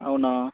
అవునా